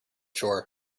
shore